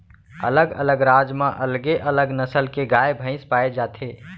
अलग अलग राज म अलगे अलग नसल के गाय भईंस पाए जाथे